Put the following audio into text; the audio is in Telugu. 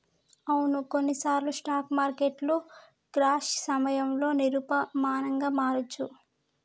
అవును కొన్నిసార్లు స్టాక్ మార్కెట్లు క్రాష్ సమయంలో నిరూపమానంగా మారొచ్చు